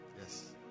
Yes